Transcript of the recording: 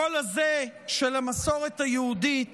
הקול הזה של המסורת היהודית